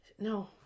No